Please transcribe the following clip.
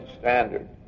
standard